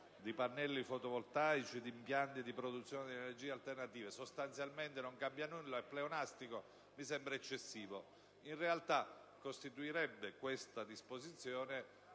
di pannelli fotovoltaici e di impianti di produzione di energia alternativa, sostanzialmente non cambia nulla ed è pleonastica, mi sembra eccessivo. In realtà questa disposizione